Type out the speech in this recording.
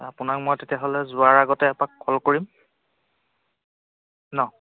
আপোনাক মই তেতিয়া হ'লে যোৱাৰ আগতে এপাক কল কৰিম ন